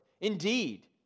Indeed